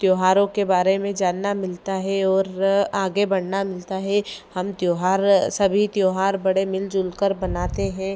त्योहारों के बारे में जानना मिलता है और आगे बढ़ना मिलता है हम त्योहार सभी त्योहार बड़े मिलजुल कर बनाते हैं